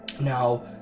Now